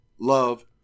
love